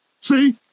See